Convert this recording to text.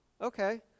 okay